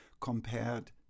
compared